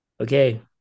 okay